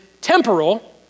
temporal